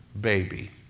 baby